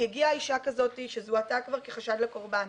הגיעה אישה כזאת שזוהתה כבר כחשד לקורבן,